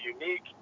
unique